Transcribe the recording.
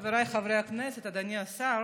חבריי חברי הכנסת, אדוני השר,